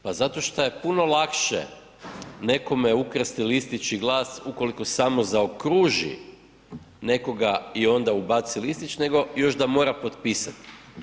Pa zato što je puno lakše nekom ukrasti listić i glas ukoliko samo zaokruži nekoga i onda ubaci listić, nego još da mora potpisati.